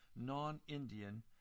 non-Indian